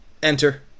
Enter